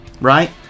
right